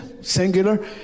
singular